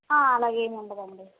అలాగేమి ఉండదండి